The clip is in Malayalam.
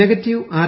negative R